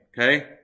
Okay